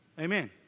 Amen